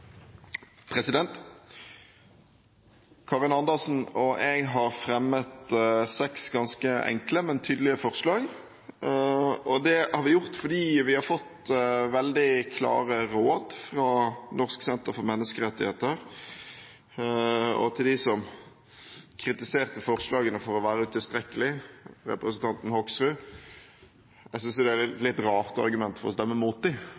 Karin Andersen og jeg har fremmet seks ganske enkle, men tydelige forslag. Det har vi gjort fordi vi har fått veldig klare råd fra Norsk senter for menneskerettigheter. Til de som kritiserte forslagene for å være utilstrekkelige, bl.a. representanten Hoksrud: Jeg synes det er et rart argument for å stemme imot dem, men det var de